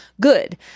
good